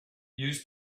use